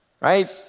right